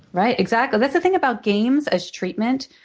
right, exactly. that's the thing about games as treatment.